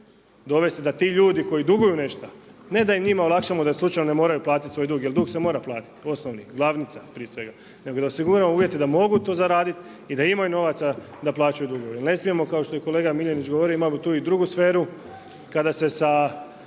dovesti da ti ljudi koji duguju nešto, ne da njima olakšamo da slučajno ne moraju platiti svoj dug jer dug se mora platiti, osnovni, glavnica prije svega nego da osiguramo uvjete da mogu to zaraditi i da imaju novaca da plaćaju dugove. Jer ne smijemo, kao što je kolega Miljenić govorio, imamo tu i drugu sferu kade se sa,